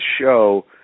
show